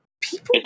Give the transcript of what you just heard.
people